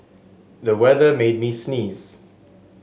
the weather made me sneeze